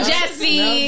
Jesse